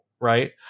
right